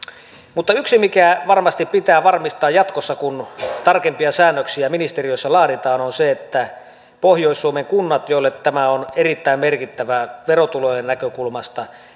mutta yksi mikä varmasti pitää varmistaa jatkossa kun tarkempia säännöksiä ministeriössä laaditaan on se että pohjois suomen kunnille joille tämä on erittäin merkittävää verotulojen näkökulmasta